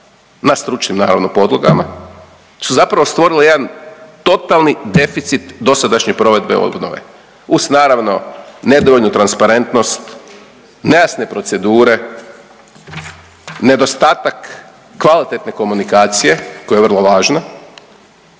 na stručnim naravno podlogama su zapravo stvorile jedan totalni deficit dosadašnje provedbe obnove uz naravno nedovoljnu transparentnost, nejasne procedure, nedostatak kvalitetne komunikacije koja je vrlo važna,